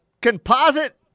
Composite